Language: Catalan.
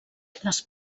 les